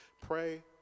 Pray